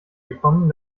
gekommen